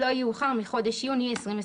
לא יאוחר מחודש יוני 2021.";"